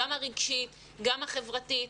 גם הרגשית גם החברתית.